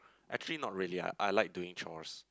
actually not really [agh] I like doing chores